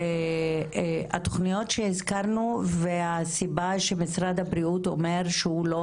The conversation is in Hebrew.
התוכניות שהזכרנו והסיבה שמשרד הבריאות אומר שהוא לא